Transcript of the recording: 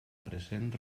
present